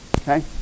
Okay